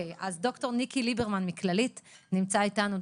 אז ד"ר ניקי ליברמן משירותי בריאות כללית נמצא אתנו בזום.